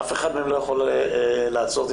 אף אחד לא יכול לעצור אותי.